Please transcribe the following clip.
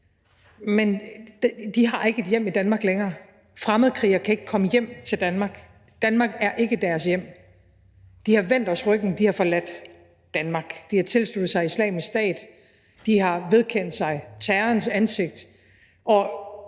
men de har ikke et hjem i Danmark længere. Fremmedkrigere kan ikke komme hjem til Danmark. Danmark er ikke deres hjem. De har vendt os ryggen; de har forladt Danmark; de har tilsluttet sig Islamisk Stat; de har vedkendt sig terrorens ansigt